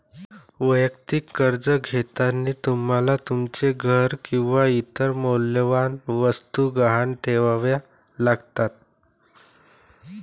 वैयक्तिक कर्ज घेताना तुम्हाला तुमचे घर किंवा इतर मौल्यवान वस्तू गहाण ठेवाव्या लागतात